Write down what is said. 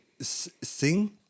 Sing